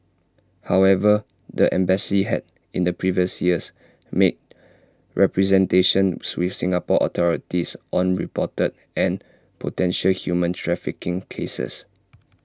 however the embassy had in the previous years made representations with Singapore authorities on reported and potential human trafficking cases